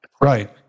Right